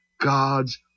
God's